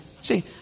See